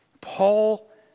Paul